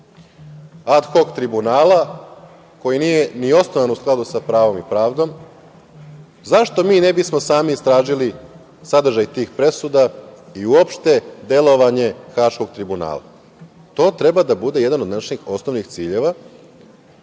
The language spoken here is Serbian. ad hok tribunala koji nije ni osnovan u skladu sa pravom i pravdom, zašto mi ne bismo sami istražili sadržaj tih presuda i uopšte delovanje Haškog tribunala? To treba da bude jedan od naših osnovnih ciljeva